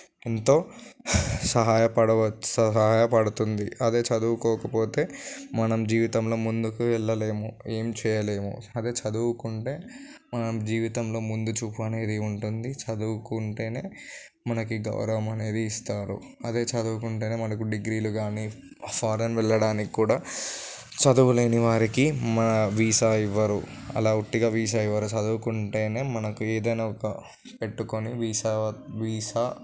ఎంతో సహాయపడవచ్చు సహాయపడుతుంది అదే చదువుకోకపోతే మనం జీవితంలో ముందుకు వెళ్ళలేము ఏం చేయలేము అదే చదువుకుంటే మనం జీవితంలో ముందుచూపు అనేది ఉంటుంది చదువుకుంటేనే మనకి గౌరవం అనేది ఇస్తారు అదే చదువుకుంటేనే మనకు డిగ్రీలు కానీ ఫారెన్ వెళ్ళడానికి కూడా చదువులేని వారికి మా వీసా ఇవ్వరు అలా ఉత్తిగా వీసా ఇవ్వరు చదువుకుంటేనే మనకు ఏదైనా ఒక పెట్టుకొని వీసా వీసా